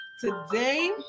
today